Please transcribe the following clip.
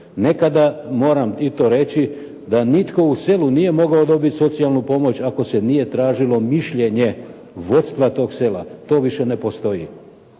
Nekada moram i to reći da nitko u selu nije mogao dobiti socijalnu pomoć ako se nije tražilo mišljenje vodstva toga sela. To više ne postoji.